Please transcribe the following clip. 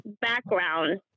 background